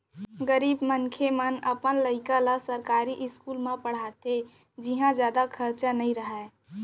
गरीब मनसे मन अपन लइका ल सरकारी इस्कूल म पड़हाथे जिंहा जादा खरचा नइ रहय